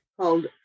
called